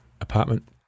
apartment